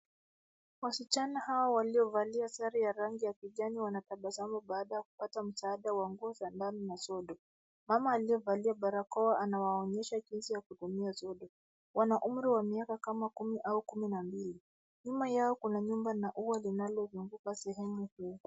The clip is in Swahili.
Wasichana hawa waliovalia sare ya rangi ya kijani wanatabasamu baada ya kupata msaada wa nguo za ndani na sodo. Mama aliyevalia barakoa anawaonyesha jinsi ya kutumia sodo, wana umri wa miaka kama kumi, au kumi na mbili. Nyuma yao kuna nyumba na ua linalozunguka sehemu hiyo.